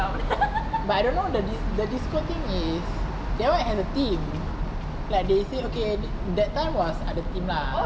but I don't know the the disco thing is that [one] has a theme like they said okay that time was other theme lah